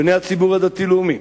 בני הציבור הדתי-לאומי,